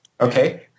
Okay